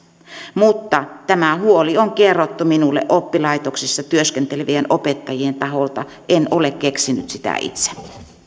mutta tämä huoli on kerrottu minulle oppilaitoksissa työskentelevien opettajien taholta en ole keksinyt sitä itse